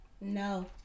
no